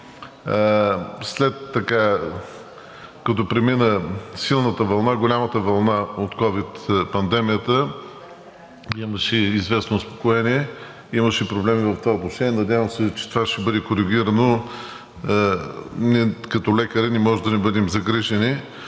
след като премина силната вълна, голямата вълна от ковид пандемията, имаше известно успокоение, имаше проблеми в това отношение. Надявам се, че това ще бъде коригирано. Ние като лекари не може да не бъдем загрижени